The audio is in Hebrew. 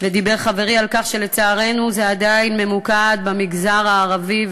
ודיבר חברי על כך שלצערנו זה עדיין ממוקד במגזר הערבי,